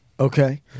Okay